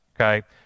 Okay